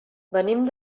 venim